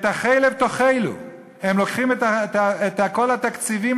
את החלב תאכלו" הם לוקחים את כל התקציבים,